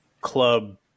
club